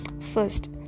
first